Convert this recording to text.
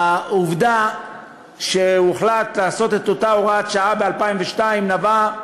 העובדה שהוחלט לעשות את אותה הוראת שעה ב-2002 נבעה